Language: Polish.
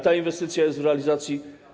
Ta inwestycja jest w realizacji.